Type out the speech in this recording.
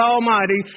Almighty